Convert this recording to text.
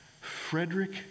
Frederick